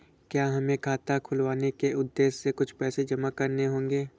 क्या हमें खाता खुलवाने के उद्देश्य से कुछ पैसे जमा करने होंगे?